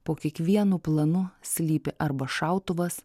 po kiekvienu planu slypi arba šautuvas